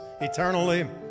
eternally